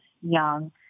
young